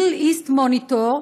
Middle East Monitor,